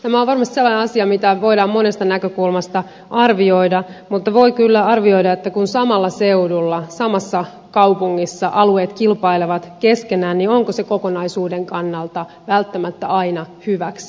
tämä on varmasti sellainen asia jota voidaan monesta näkökulmasta arvioida mutta voi kyllä arvioida että kun samalla seudulla samassa kaupungissa alueet kilpailevat keskenään onko se kokonaisuuden kannalta välttämättä aina hyväksi